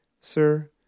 Sir